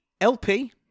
LP